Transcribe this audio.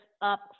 up